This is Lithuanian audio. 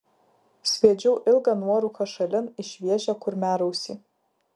sviedžiau ilgą nuorūką šalin į šviežią kurmiarausį